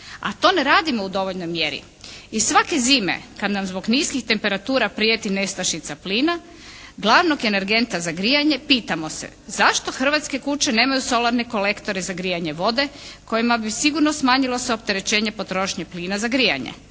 a to ne radimo u dovoljnoj mjeri. I svake zime kada nam zbog niskih temperatura prijeti nestašica plina glavnog energenta za grijanje, pitamo se zašto hrvatske kuće nemaju solarne kolektore za grijanje vode kojima bi sigurno smanjilo se opterećenje potrošnje plina za grijanje.